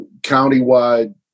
countywide